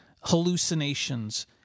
hallucinations